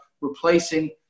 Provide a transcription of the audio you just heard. replacing